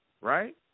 right